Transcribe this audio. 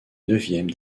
neuvième